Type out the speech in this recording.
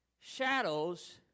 shadows